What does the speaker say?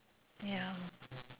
ya